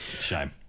Shame